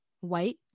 white